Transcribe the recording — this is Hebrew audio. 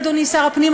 אדוני שר הפנים,